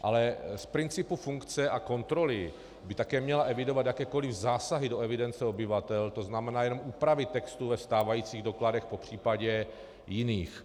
Ale z principu funkce a kontroly by také měla evidovat jakékoli zásahy do evidence obyvatel, to znamená jenom úpravy textů ve stávajících dokladech, popřípadě jiných.